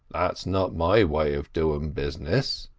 that's not my way of doing business.